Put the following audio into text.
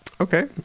Okay